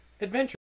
adventure